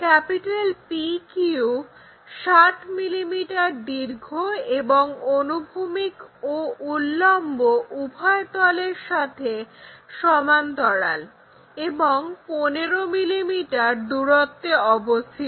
PQ 60 mm দীর্ঘ এবং অনুভূমিক ও উল্লম্ব উভয় তলের সাথে সমান্তরাল এবং 15 mm দূরত্বে অবস্থিত